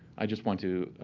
i just want to